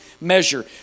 measure